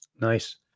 Nice